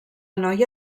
noia